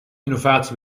innovatie